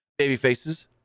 Babyfaces